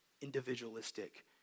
individualistic